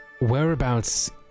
Whereabouts